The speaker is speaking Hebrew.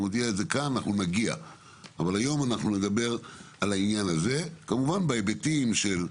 נדבר על כל מיני היבטים.